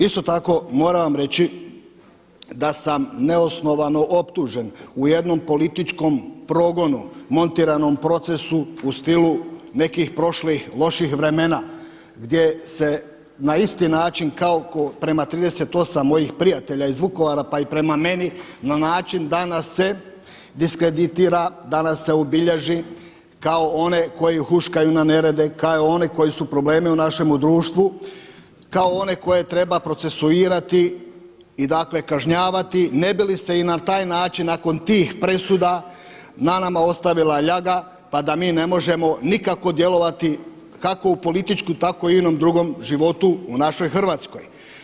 Isto tako moram vam reći da sam neosnovano optužen u jednom političkom progonu, montiranom procesu u stilu nekih prošlih loših vremena gdje se na isti način kao prema 38 mojih prijatelja iz Vukovara, pa i prema meni na način da nas se diskreditira, da nas se obilježi kao one koji huškaju na nerede, kao one koji su problemi u našemu društvu, kao one koje treba procesuirati i dakle kažnjavati ne bi li se i na taj način nakon tih presuda na nama ostavila ljaga, pa da mi ne možemo nikako djelovati kako u političkom, tako i inom drugom životu u našoj Hrvatskoj.